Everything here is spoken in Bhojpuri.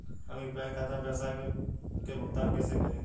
हम यू.पी.आई खाता से व्यावसाय के भुगतान कइसे करि?